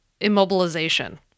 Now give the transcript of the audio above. immobilization